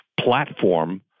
platform